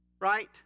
Right